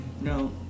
No